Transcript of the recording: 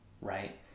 right